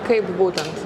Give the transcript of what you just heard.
kaip būtent